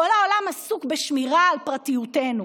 כל העולם עסוק בשמירה על פרטיותנו,